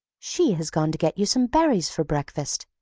she has gone to get you some berries for breakfast,